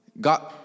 God